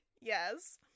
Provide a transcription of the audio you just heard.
Yes